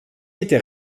était